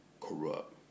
corrupt